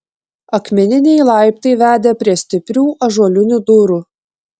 akmeniniai laiptai vedė prie stiprių ąžuolinių durų